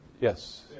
yes